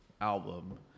album